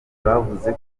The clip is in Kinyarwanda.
bavuze